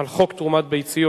על חוק תרומת ביציות.